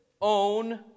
own